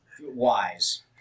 Wise